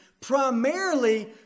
primarily